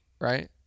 right